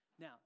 Now